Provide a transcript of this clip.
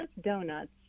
Donuts